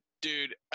Dude